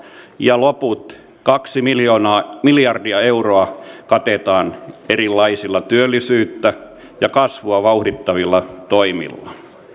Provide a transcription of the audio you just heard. ja loput kaksi miljardia euroa katetaan erilaisilla työllisyyttä ja kasvua vauhdittavilla toimilla